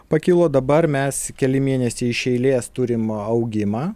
pakilo dabar mes keli mėnesiai iš eilės turim augimą